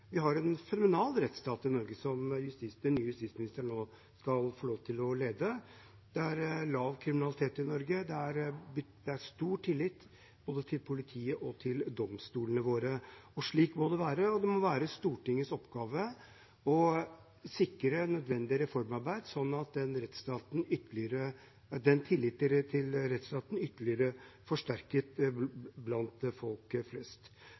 Vi har en fenomenal rettsstat i Norge, som den nye justisministeren nå skal få lov til å lede. Det er lite kriminalitet i Norge, og det er stor tillit både til politiet og til domstolene våre. Slik må det være, og det må være Stortingets oppgave å sikre nødvendig reformarbeid, slik at tilliten til rettsstaten ytterligere forsterkes blant folk flest.